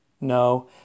No